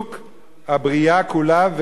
הבריאה כולה וקיומה,